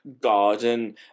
garden